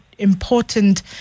important